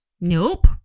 Nope